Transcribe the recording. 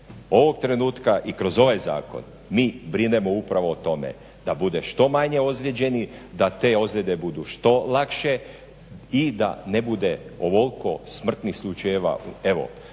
Ovog trenutka i kroz ovaj zakon mi brinemo upravo o tome, da bude što manje ozlijeđenih, da te ozljede budu što lakše i da ne bude ovoliko smrtnih slučajeva.